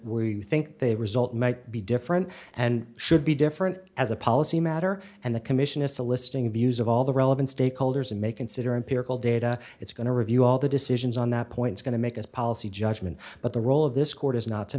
you think they result might be different and should be different as a policy matter and the commission is soliciting the use of all the relevant stakeholders and may consider empirical data it's going to review all the decisions on that point is going to make this policy judgment but the role of this court is not to